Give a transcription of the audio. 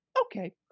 okay